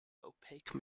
opaque